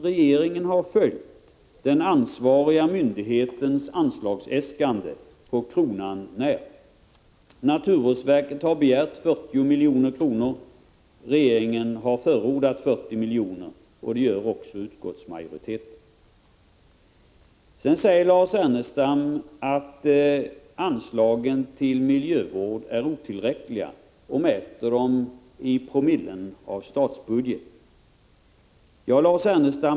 Regeringen har följt den ansvariga myndighetens anslagsäskande, på kronan när. Naturvårdsverket har begärt 40 milj.kr. Regeringen har förordat 40 milj.kr., och det gör också utskottsmajoriteten. Lars Ernestam hävdar sedan att anslagen till miljövård, som han mäter i promille av statsbudgeten, är otillräckliga.